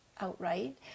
outright